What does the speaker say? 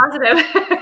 positive